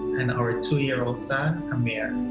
and our two year old son, amir.